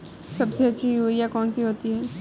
सबसे अच्छी यूरिया कौन सी होती है?